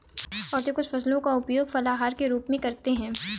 औरतें कुछ फसलों का उपयोग फलाहार के रूप में करते हैं